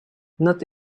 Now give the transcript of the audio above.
not